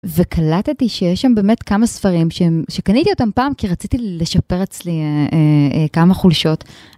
וקלטתי שיש שם באמת כמה ספרים, שקניתי אותם פעם כי רציתי לשפר אצלי כמה חולשות.